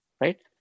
right